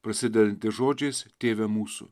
prasidedanti žodžiais tėve mūsų